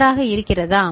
நன்றாக இருக்கிறதா